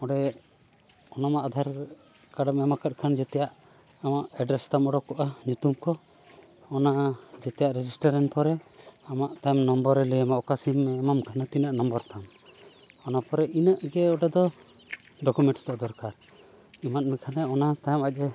ᱚᱸᱰᱮ ᱚᱱᱟᱢᱟ ᱟᱫᱷᱟᱨ ᱠᱟᱨᱰᱮᱢ ᱮᱢ ᱠᱟᱫ ᱠᱷᱟᱱ ᱡᱮᱛᱮᱭᱟᱜ ᱟᱢᱟᱜ ᱮᱰᱨᱮᱹᱥ ᱛᱟᱢ ᱚᱰᱳᱠᱚᱜᱼᱟ ᱧᱩᱛᱩᱢ ᱠᱚ ᱚᱱᱟ ᱚᱛᱚᱣᱟᱜ ᱨᱮᱡᱤᱥᱴᱟᱨ ᱮᱱ ᱯᱚᱨᱮ ᱟᱢᱟᱜ ᱛᱟᱭᱚᱢ ᱱᱚᱢᱵᱚᱨᱮ ᱞᱟᱹᱭ ᱟᱢᱟ ᱚᱠᱟ ᱥᱤᱢᱮᱢ ᱮᱢᱟᱢ ᱠᱟᱱᱟ ᱛᱤᱱᱟᱹᱜ ᱱᱚᱢᱵᱚᱨᱛᱟᱢ ᱚᱱᱟ ᱯᱚᱨᱮ ᱤᱱᱟᱹᱜ ᱜᱮ ᱚᱸᱰᱮ ᱫᱚ ᱰᱳᱠᱚᱢᱮᱱᱴᱥ ᱫᱚ ᱫᱚᱨᱠᱟᱨ ᱮᱢᱟᱫ ᱢᱮᱠᱷᱟᱱᱮ ᱚᱱᱟ ᱛᱟᱭᱚᱢ ᱟᱡᱮ